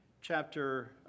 chapter